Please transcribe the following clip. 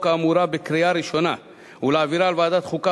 האמורה בקריאה ראשונה ולהעבירה לוועדת חוקה,